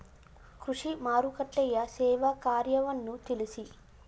ಕೃಷಿ ಮಾರುಕಟ್ಟೆಯ ಸೇವಾ ಕಾರ್ಯವನ್ನು ತಿಳಿಸಿ?